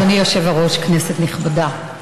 אדוני היושב-ראש, כנסת נכבדה,